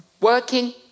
working